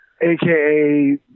aka